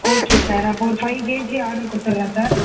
okay sir அப்போது ஒரு five KG order கொடுத்துட்றேன் சார்